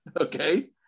Okay